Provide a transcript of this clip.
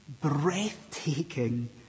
breathtaking